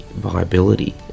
viability